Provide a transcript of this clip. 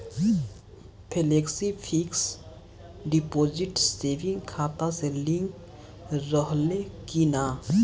Flexi fix deposit saving खाता से link रहले कि ना?